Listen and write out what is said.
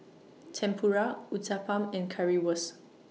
Tempura Uthapam and Currywurst